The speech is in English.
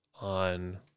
on